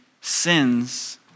sins